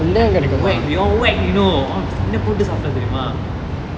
we whack we all whack you know சன்ட போட்டு சாப்டோம் தெரிமா:sande potu saptom therima